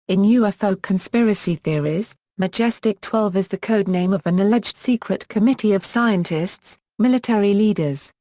in ufo conspiracy theories, majestic twelve is the code name of an alleged secret committee of scientists, military leaders,